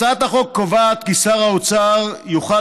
הצעת החוק קובעת כי שר האוצר יוכל